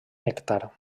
nèctar